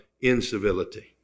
incivility